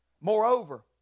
Moreover